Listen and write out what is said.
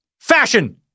fashion